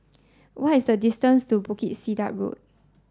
what is the distance to Bukit Sedap Road